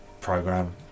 program